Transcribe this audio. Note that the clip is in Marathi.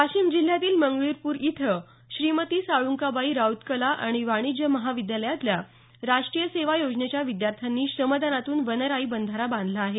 वाशिम जिल्ह्यातील मंगरुळपीर इथं श्रीमती साळुंकाबाई राऊत कला आणि वाणिज्य महाविद्यालयातल्या राष्ट्रीय सेवा योजनेच्या विद्यार्थ्यांनी श्रमदानातून वनराई बंधारा बांधला आहे